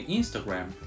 Instagram